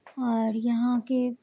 اور یہاں کے